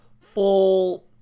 full